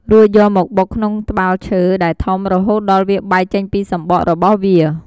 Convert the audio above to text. រួចយកមកបុកក្នុងត្បាល់ឈើ ដែលធំ រហូតដល់វាបែកចេញពិសំបករបស់វា។